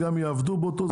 וגם יעבדו באותו זמן.